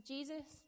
Jesus